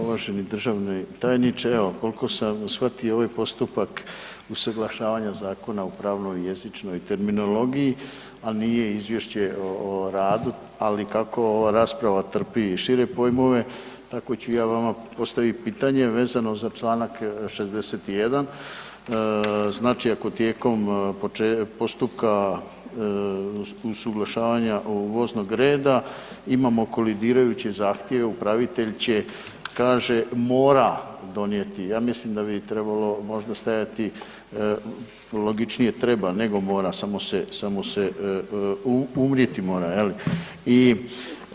Uvaženi državni tajniče, evo koliko sam shvatio ovaj postupak usaglašavanja zakona u pravnoj i jezičnoj, a nije izvješće o radu, ali kako ova rasprava trpi i šire pojmove tako ću ja vama postaviti pitanje vezano za čl. 61, znači ako tijekom postupka usuglašavanja ovog voznog reda, imamo kolidirajuće zahtjeve, upravitelj će, kaže, mora donijeti, ja mislim da bi trebalo možda stajati, logičnije, treba, nego mora, samo se umrijeti mora, je li?